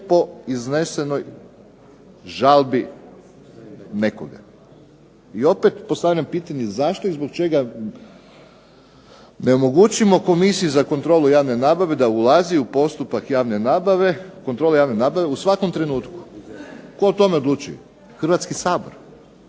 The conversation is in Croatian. po iznesenoj žalbi nekoga. I opet postavljam pitanje zašto i zbog čega ne omogućimo Komisiji javne nabave da ulazi u postupak kontrole javne nabave u svakom trenutku? Tko o tome odlučuje? Hrvatski sabor.